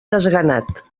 desganat